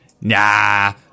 Nah